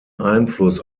einfluss